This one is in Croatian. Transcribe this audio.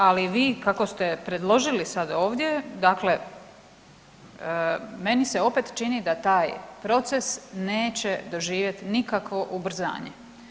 Ali vi kako ste predložili sad ovdje, dakle meni se opet čini da taj proces neće doživjeti nikakvo ubrzanje.